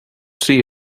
see